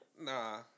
Nah